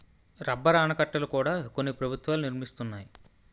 rubber ఆనకట్టల కూడా కొన్ని ప్రభుత్వాలు నిర్మిస్తున్నాయి